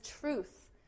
truth